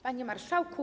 Panie Marszałku!